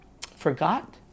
forgot